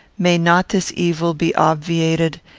may not this evil be obviated,